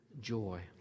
joy